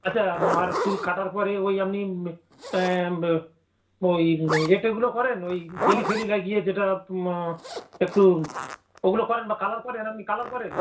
আচ্ছা আর চুল কাটার পরে ওই আপনি ওই এ টেগুলো করেন ওই জেল ফেল লাগিয়ে যেটা একটু ওগুলো করেন বা কালার করেন আপনি কালার করেন